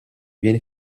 viene